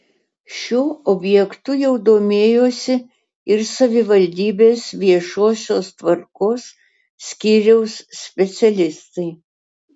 šiuo objektu jau domėjosi ir savivaldybės viešosios tvarkos skyriaus specialistai